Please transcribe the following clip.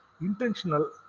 intentional